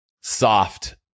soft